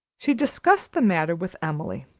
she discussed the matter with emily,